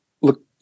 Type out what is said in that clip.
look